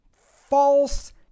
false